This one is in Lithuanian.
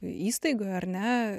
įstaigoj ar ne